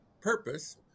purpose